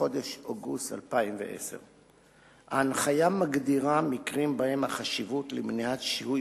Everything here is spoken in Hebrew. בחודש אוגוסט 2010. ההנחיה מגדירה מקרים שבהם החשיבות של מניעת שיהוי